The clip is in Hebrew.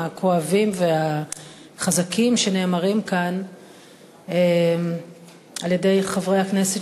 הכואבים והחזקים שנאמרים כאן על-ידי חברי הכנסת